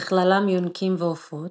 בכללם יונקים ועופות,